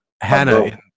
Hannah